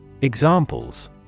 Examples